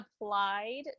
applied